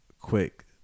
quick